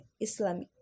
Islamic